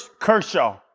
Kershaw